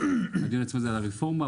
והדיון הוא על הרפורמה,